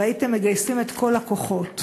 והייתם מגייסים את כל הכוחות